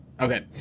Okay